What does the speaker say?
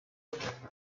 agenti